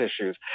issues